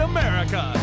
America